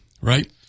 Right